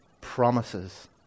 promises